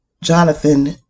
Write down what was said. Jonathan